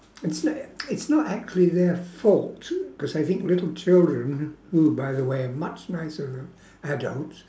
it's n~ uh it's not actually their fault cause I think little children who by the way are much nicer than adults